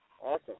Awesome